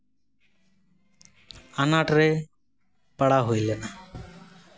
ᱟᱱᱟᱴ ᱨᱮ ᱯᱟᱲᱟᱣ ᱦᱩᱭ ᱞᱮᱱᱟ